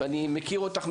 ואני מכיר אותך,